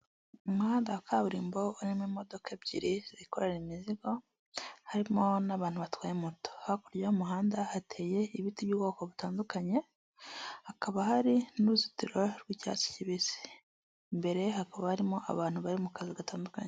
Umuhanda wa kaburimbo urimo imodoka ebyiri zikora imizigo, harimo n'abantu batwaye moto, hakurya y'umuhanda hateye ibiti by'ubwoko butandukanye, hakaba hari n'uruzitiro rw'icyatsi kibisi, imbere hakaba harimo abantu bari mu kazi gatandukanye.